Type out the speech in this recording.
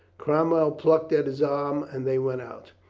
crom well plucked at his arm and they went out.